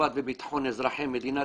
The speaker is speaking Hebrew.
מלווה